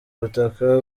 ubutaka